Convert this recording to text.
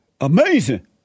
Amazing